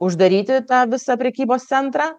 uždaryti tą visą prekybos centrą